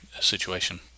situation